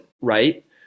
right